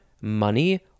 money